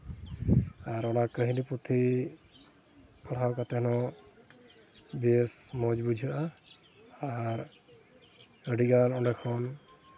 ᱟᱨ ᱚᱱᱟ ᱠᱟᱹᱦᱱᱤ ᱯᱩᱛᱷᱤ ᱯᱟᱲᱦᱟᱣ ᱠᱟᱛᱮᱫ ᱦᱚᱸ ᱵᱮᱥ ᱢᱚᱡᱽ ᱵᱩᱡᱷᱟᱹᱜᱼᱟ ᱟᱨ ᱟᱹᱰᱤᱜᱟᱱ ᱚᱸᱰᱮ ᱠᱷᱚᱱ